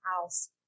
house